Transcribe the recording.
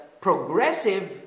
progressive